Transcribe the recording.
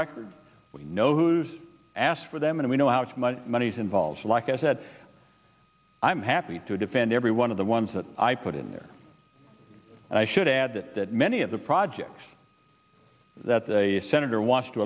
record we know who's asked for them and we know how much my money's involves like i said i'm happy to defend every one of the ones that i put in there and i should add that many of the projects that the senator wants to